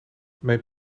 mijn